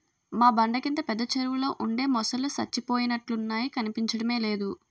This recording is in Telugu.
మా బండ కింద పెద్ద చెరువులో ఉండే మొసల్లు సచ్చిపోయినట్లున్నాయి కనిపించడమే లేదు